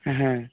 হ্যাঁ